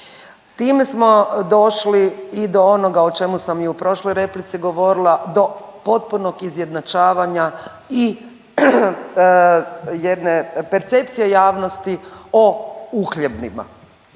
Time smo došli i do onoga u čemu sam i u prošloj replici govorila do potpunog izjednačavanja i jedne percepcije javnosti o uhljebima.